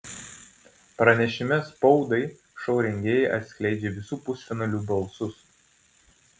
pranešime spaudai šou rengėjai atskleidžia visų pusfinalių balsus